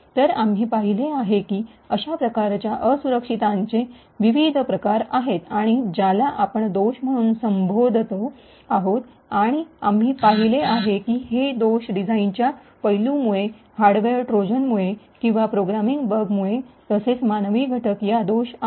तर आम्ही पाहिले आहे की अशा प्रकारच्या असुरक्षिततांचे विविध प्रकार आहेत किंवा ज्याला आपण दोष म्हणून संबोधत आहोत आणि आम्ही पाहिले आहे की हे दोष डिझाइनच्या पैलूंमुळे हार्डवेअर ट्रोजन्समुळे किंवा प्रोग्रामिंग बगमुळे तसेच मानवी घटक यामुळे दोष आहेत